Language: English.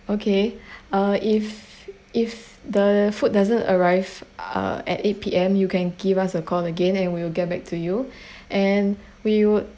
okay uh if if the food doesn't arrive uh at eight P_M you can give us a call again and we will get back to you and we would